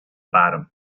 bottom